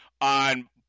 on